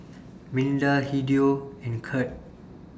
Milda Hideo and Kirt